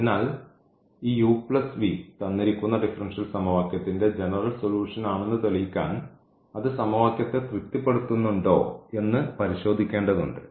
അതിനാൽ ഈ തന്നിരിക്കുന്ന ഡിഫറൻഷ്യൽ സമവാക്യത്തിൻറെ ജനറൽസൊലൂഷൻ ആണെന്ന് തെളിയിക്കാൻ അത് സമവാക്യത്തെ തൃപ്തിപ്പെടുത്തുന്നുണ്ടോ എന്ന് പരിശോധിക്കേണ്ടതുണ്ട്